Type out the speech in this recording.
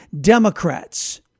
Democrats